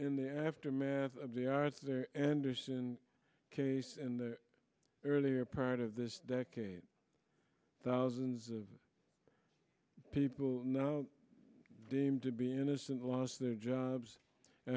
the aftermath of the arthur andersen case in the earlier part of this decade thousands of people deemed to be innocent lost their jobs a